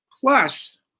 Plus